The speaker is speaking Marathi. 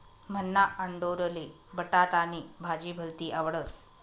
मन्हा आंडोरले बटाटानी भाजी भलती आवडस